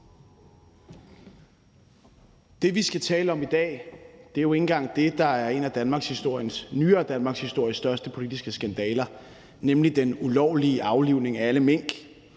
Det, vi skal tale om i dag, er jo ikke engang det, der er en af den nyere danmarkshistories største politiske skandaler, nemlig den ulovlige aflivning af alle mink.